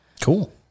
cool